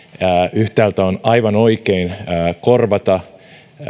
yhtäältä on aivan oikein korvata